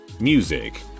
music